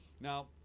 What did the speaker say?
Now